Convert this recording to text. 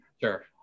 sure